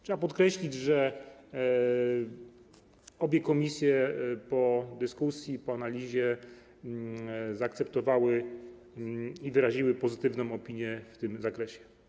Trzeba podkreślić, że obie komisje po dyskusji, po analizie zaakceptowały i wyraziły pozytywną opinię w tym zakresie.